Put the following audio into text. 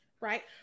Right